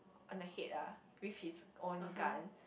on the head lah with his own gun